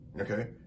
Okay